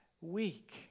week